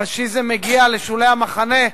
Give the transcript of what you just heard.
הפאשיזם מגיע לשולי המחנה,